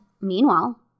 meanwhile